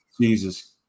Jesus